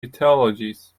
mythologies